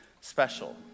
special